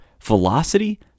Velocity